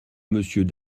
monsieur